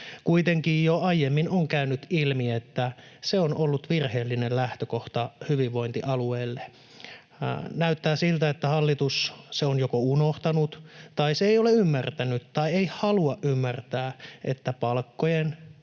Kuitenkin jo aiemmin on käynyt ilmi, että se on ollut virheellinen lähtökohta hyvinvointialueille. Näyttää siltä, että hallitus on joko unohtanut tai ei ole ymmärtänyt tai ei halua ymmärtää, että palkkojen,